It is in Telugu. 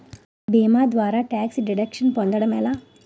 భీమా ద్వారా టాక్స్ డిడక్షన్ పొందటం ఎలా?